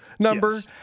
number